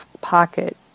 pocket